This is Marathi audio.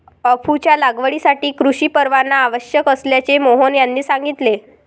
अफूच्या लागवडीसाठी कृषी परवाना आवश्यक असल्याचे मोहन यांनी सांगितले